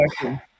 question